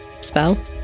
spell